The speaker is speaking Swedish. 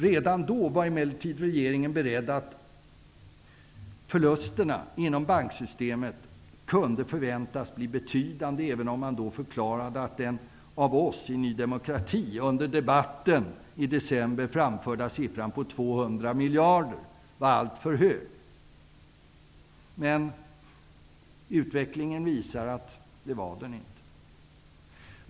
Redan då var emellertid regeringen beredd på att förlusterna inom banksystemet kunde förväntas bli betydande, även om man då förklarade att den av oss i Ny demokrati under debatten i december framförda siffran på 200 miljarder var alltför hög. Men utvecklingen visar att den inte var det.